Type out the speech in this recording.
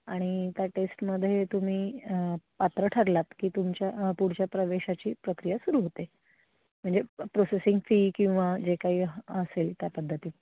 आणि त्या टेस्टमध्ये तुम्ही पात्र ठरलात की तुमच्या पुढच्या प्रवेशाची प्रक्रिया सुरू होते म्हणजे प्रोसेसिंग फी किंवा जे काही ह असेल त्या पद्धतीत